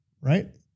Right